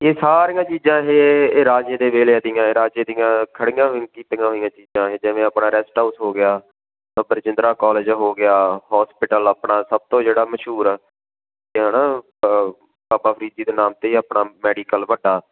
ਇਹ ਸਾਰੀਆਂ ਚੀਜ਼ਾਂ ਇਹ ਰਾਜੇ ਦੇ ਵੇਲੇ ਦੀਆਂ ਰਾਜੇ ਦੀਆਂ ਖੜ੍ਹੀਆਂ ਕੀਤੀਆਂ ਹੋਈਆਂ ਚੀਜ਼ਾਂ ਇਹ ਜਿਵੇਂ ਆਪਣਾ ਰੈਸਟ ਹਾਊਸ ਹੋ ਗਿਆ ਬਰਜਿੰਦਰਾ ਕਾਲਜ ਹੋ ਗਿਆ ਹੋਸਪਿਟਲ ਆਪਣਾ ਸਭ ਤੋਂ ਜਿਹੜਾ ਮਸ਼ਹੂਰ ਹੈ ਨਾ ਬਾਬਾ ਫਰੀਦ ਜੀ ਦੇ ਨਾਮ 'ਤੇ ਆਪਣਾ ਮੈਡੀਕਲ ਵੱਡਾ